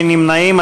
אין נמנעים.